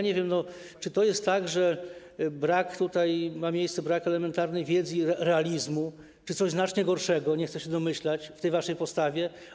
Nie wiem, czy to jest tak, że ma tutaj miejsce brak elementarnej wiedzy i realizmu, czy jest coś znacznie gorszego, czego nie chcę się domyślać, w tej waszej postawie.